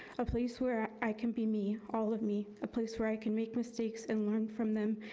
a place where i can be me, all of me, a place where i can make mistakes and learn from them,